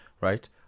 Right